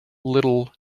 little